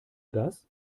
das